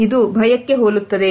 ಇದು ಭಯಕ್ಕೆ ಹೋಲುತ್ತದೆ